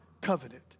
covenant